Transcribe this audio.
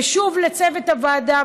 ושוב לצוות הוועדה,